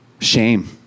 Shame